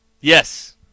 Yes